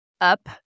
up